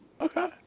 Okay